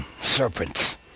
Serpents